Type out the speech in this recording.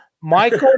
Michael